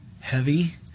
heavy